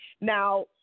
Now